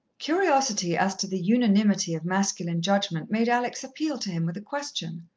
curiosity as to the unanimity of masculine judgment made alex appeal to him with a question.